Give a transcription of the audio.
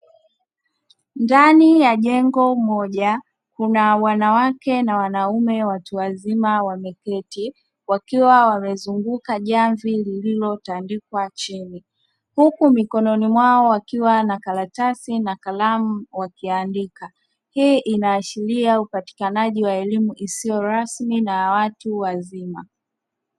Ndani ya jengo moja kuna wanawake na wanaume wameketi, wakiwa wamezunguka jamvi lililo tandikwa chini huku mikononi mwao wakiwa na karatasi na kalamu wakiandika. Hii inaashiria upatikanaji wa elimu isiyo rasmi ya watu wazima